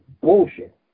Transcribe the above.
bullshit